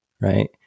Right